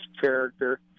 character